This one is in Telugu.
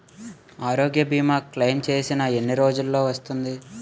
ఆరోగ్య భీమా క్లైమ్ చేసిన ఎన్ని రోజ్జులో వస్తుంది?